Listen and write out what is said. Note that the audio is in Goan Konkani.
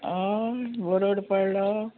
हय बरोड पाडलो